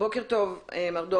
בוקר טוב.